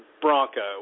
bronco